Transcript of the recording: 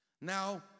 Now